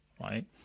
right